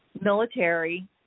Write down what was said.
military